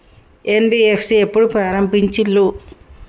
NBFC ఎప్పుడు ప్రారంభించిల్లు?